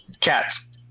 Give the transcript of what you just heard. Cats